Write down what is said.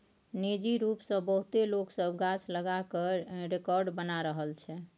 निजी रूप सँ बहुते लोक सब गाछ लगा कय रेकार्ड बना रहल छै